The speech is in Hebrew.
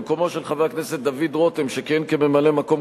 במקומו של חבר הכנסת דוד רותם שכיהן כממלא-מקום